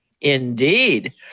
Indeed